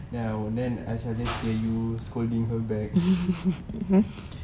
then I will then I suggest you you scolding her back